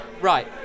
right